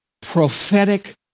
prophetic